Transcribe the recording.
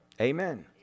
Amen